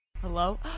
Hello